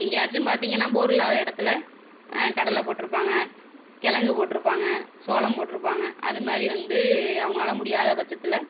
எங்கேயாச்சும் பார்த்திங்கனா போர் இல்லாத இடத்துல கடலை போட்டிருப்பாங்க கிழங்கு போட்டிருப்பாங்க சோளம் போட்டிருப்பாங்க அது மாதிரி வந்து அவங்களால முடியாத பட்சத்தில்